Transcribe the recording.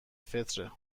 فطره